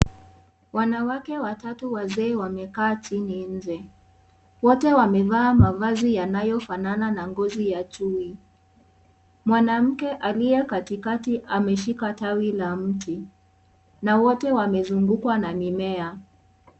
Wanawake watatu wazee wamekaa chini nje, wote wamevaa mavazi yanayofanana na ngozi ya chui, mwanamke aliye katikati ameshika tawi la mti na wote wamezungukwa na mimea.